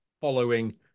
following